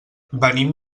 venim